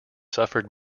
suffered